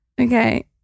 okay